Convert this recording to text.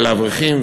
זה לאברכים,